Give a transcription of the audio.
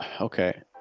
Okay